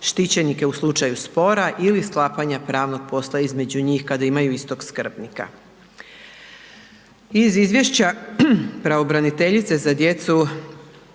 štićenika u slučaju spora ili sklapanja pravnog posla između njih kada imaju istog skrbnika. Iz izvješća pravobraniteljice za djecu